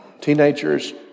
teenagers